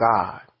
God